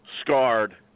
scarred